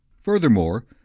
Furthermore